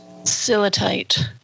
facilitate